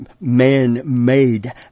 man-made